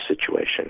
situation